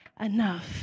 enough